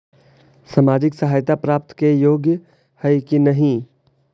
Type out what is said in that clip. सामाजिक सहायता प्राप्त के योग्य हई कि नहीं?